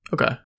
Okay